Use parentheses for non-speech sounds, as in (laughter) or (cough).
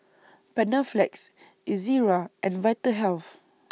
Panaflex Ezerra and Vitahealth (noise)